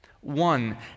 One